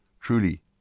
Truly